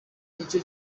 nicyo